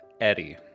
Eddie